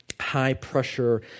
high-pressure